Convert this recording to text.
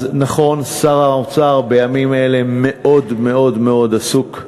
אז נכון, שר האוצר, בימים אלה, מאוד מאוד עסוק,